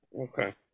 okay